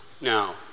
Now